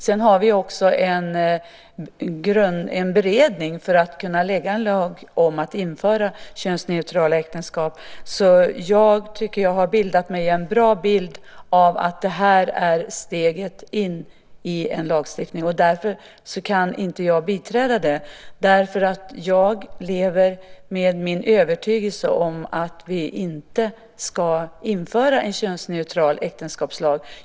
Sedan har vi en beredning för att kunna lägga fram förslag om att införa könsneutrala äktenskap. Jag tycker att jag har bildat mig en bra bild av att detta är steget in i en lagstiftning. Därför kan jag inte biträda det. Jag lever med min övertygelse om att vi inte ska införa en könsneutral äktenskapslag.